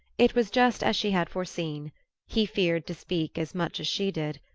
it was just as she had foreseen he feared to speak as much as she did.